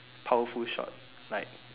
powerful shots like